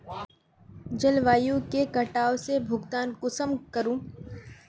जलवायु के कटाव से भुगतान कुंसम करूम?